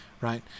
Right